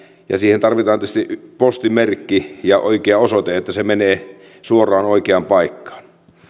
siihen tarvitaan tietysti postimerkki ja oikea osoite että se menee suoraan oikeaan paikkaan